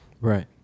Right